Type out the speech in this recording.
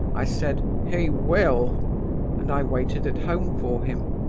i said, he will and i waited at home for him.